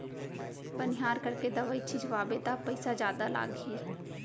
बनिहार करके दवई छिंचवाबे त पइसा जादा लागही